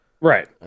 right